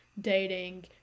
dating